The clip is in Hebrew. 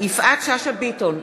יפעת שאשא ביטון,